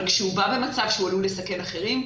אבל כשהוא בא במצב שהוא עלול לסכן אחרים,